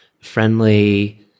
friendly